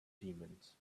demons